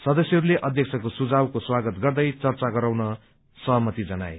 सदस्यहरूले अध्यक्षको सुझावको स्वागत गर्दै चर्चा गराउन सहमति जनाए